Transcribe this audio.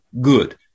good